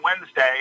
Wednesday